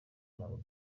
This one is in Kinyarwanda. ntabwo